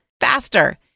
faster